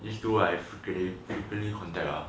these two I fre~ frequently contact lah